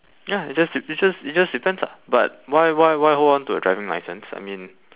ya it just de~ it just it just depends ah but why why why hold on to a driving licence I mean